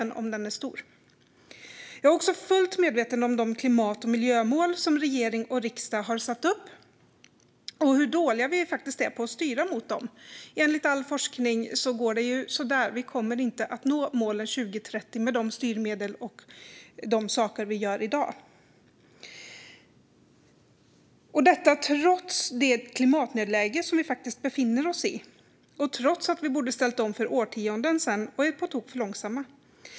Jag är också fullt medveten om de klimat och miljömål som regering och riksdag har satt upp - och om hur dåliga vi är på att styra mot dem. Enligt all forskning går det sisådär. Vi kommer inte att nå målen till 2030 med de styrmedel vi har och de saker vi gör i dag, trots det klimatnödläge vi befinner oss i och trots att vi borde ha ställt om för årtionden sedan och är på tok för långsamma.